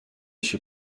się